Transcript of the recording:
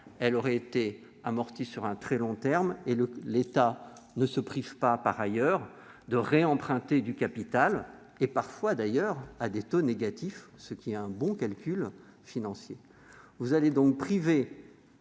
elle aurait été amortie sur le très long terme. L'État ne se prive pas par ailleurs de réemprunter du capital, parfois d'ailleurs à des taux négatifs, ce qui est un bon calcul financier.